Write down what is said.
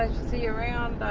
ah see around